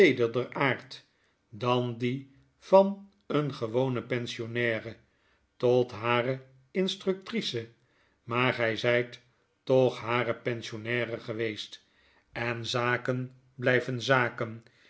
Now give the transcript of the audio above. aard dan die van eene gewone pensionnaire tot hare institutrice maar gy zyt toch hare pensionnaire geweest en zaken blyven zaken